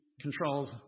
controls